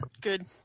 good